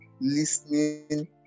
Listening